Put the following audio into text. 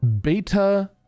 beta